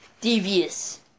devious